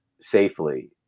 safely